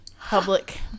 public